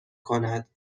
کند